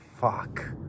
fuck